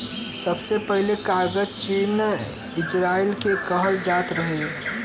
सबसे पहिले कागज चीन में तइयार कइल जात रहे